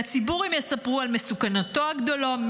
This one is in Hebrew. לציבור הם יספרו על מסוכנותו הגדולה,